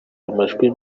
amajwi